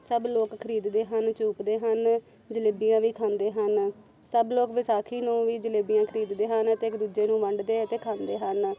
ਸਭ ਲੋਕ ਖਰੀਦ ਦੇ ਹਨ ਚੂਪਦੇ ਹਨ ਜਲੇਬੀਆਂ ਵੀ ਖਾਂਦੇ ਹਨ ਸਭ ਲੋਕ ਵਿਸਾਖੀ ਨੂੰ ਵੀ ਜਲੇਬੀਆਂ ਖਰੀਦਦੇ ਹਨ ਅਤੇ ਇੱਕ ਦੂਜੇ ਨੂੰ ਵੰਡਦੇ ਅਤੇ ਖਾਂਦੇ ਹਨ